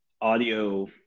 audio